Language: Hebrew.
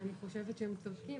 העובדה היא שמציעים תוכנית,